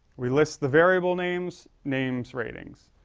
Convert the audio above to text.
we list the variable names, names ratings.